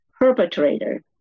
perpetrator